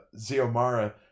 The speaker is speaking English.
Ziomara